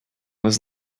was